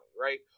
right